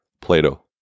Plato